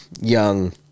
young